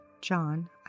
John